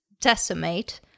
decimate